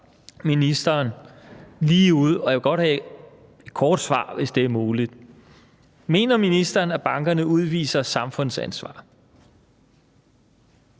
jeg vil godt have et kort svar, hvis det er muligt: Mener ministeren, at bankerne udviser samfundsansvar?